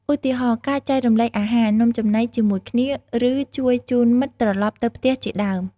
ឧទាហរណ៍ ការចែករំលែកអាហារ នំចំណីជាមួយគ្នា ឬ ជួយជូនមិត្តត្រឡប់ទៅផ្ទះជាដើម។